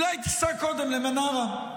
אולי תיסע קודם למנרה.